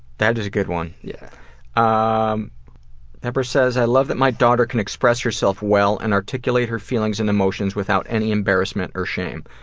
that is a good one. yeah um debra says i love that my daughter can express herself well and articulate her feelings and emotions without any embarrassment or shame.